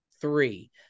three